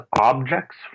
objects